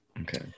Okay